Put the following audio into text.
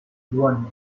one